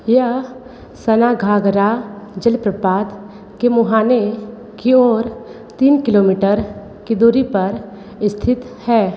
यह सनाघागरा जलप्रपात के मुहाने की ओर तीन किलोमीटर की दूरी पर स्थित है